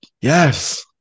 Yes